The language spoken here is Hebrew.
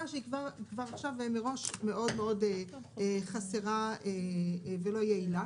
שהיא כבר עכשיו מראש מאוד חסרה ולא יעילה.